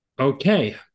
Okay